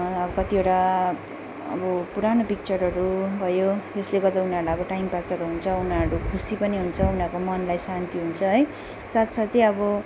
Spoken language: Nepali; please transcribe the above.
अब कतिवटा अब पुरानो पिक्चरहरू भयो त्यसले गर्दा उनीहरूलाई अब टाइम पासहरू हुन्छ उनीहरू खुसी पनि हुन्छ उनीहरूको मनलाई शान्ति हुन्छ है साथसाथै अब